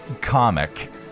comic